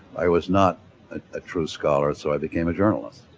i was not a true scholar, so i became a journalist.